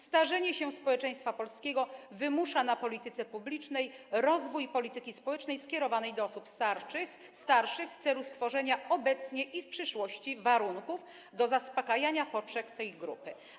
Starzenie się społeczeństwa polskiego wymusza na polityce publicznej rozwój polityki społecznej skierowanej do osób starszych w celu stworzenia obecnie i w przyszłości warunków do zaspokajania potrzeb tej grupy.